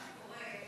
מה שקורה,